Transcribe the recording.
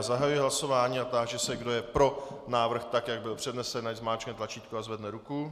Zahajuji hlasování a táži se, kdo je pro návrh, tak jak byl přednesen, ať zmáčkne tlačítko a zvedne ruku.